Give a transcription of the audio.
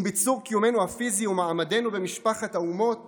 עם ביצור קיומנו הפיזי ומעמדנו במשפחת האומות